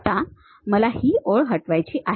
आता मला ही ओळ हटवायची आहे